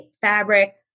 fabric